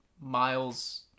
miles